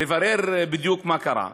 לברר בדיוק מה קרה.